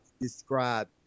describe